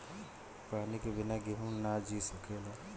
पानी के बिना केहू ना जी सकेला